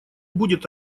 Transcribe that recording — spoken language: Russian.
будет